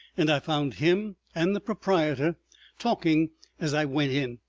and i found him and the proprietor talking as i went in.